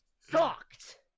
sucked